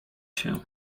się